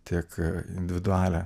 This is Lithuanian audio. tiek individualią